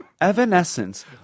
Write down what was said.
Evanescence